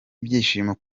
ibyishimo